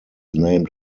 named